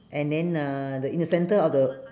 and then uh the in the center of the